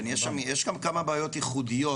כן, יש שם כמה בעיות ייחודיות.